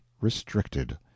restricted